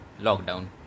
Lockdown